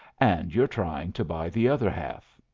and you're trying to buy the other half.